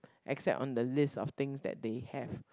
except on the list of things that they have